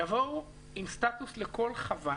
יבואו עם סטטוס לכל חווה,